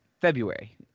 February